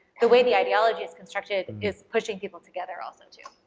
the way the ideology is constructed is pushing people together also too.